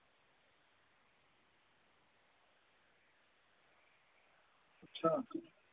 अच्छा